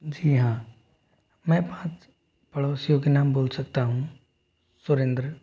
जी हाँ मैं पाँच पड़ोसियों के नाम बोल सकता हूँ सुरेंद्र